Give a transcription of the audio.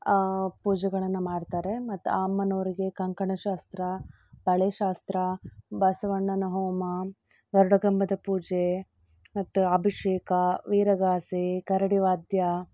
ಪೂಜೆಗಳನ್ನು ಮಾಡ್ತಾರೆ ಮತ್ತು ಆ ಅಮ್ಮನೋರಿಗೆ ಕಂಕಣಶಾಸ್ತ್ರ ಬಳೆ ಶಾಸ್ತ್ರ ಬಸವಣ್ಣನ ಹೋಮ ಗರುಡಗಂಬದ ಪೂಜೆ ಮತ್ತು ಅಭಿಷೇಕ ವೀರಗಾಸೆ ಕರಡಿ ವಾದ್ಯ